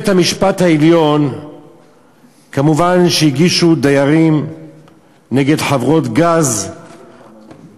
דיירים הגישו תביעה נגד חברות גז בפני בית-המשפט העליון,